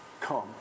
Come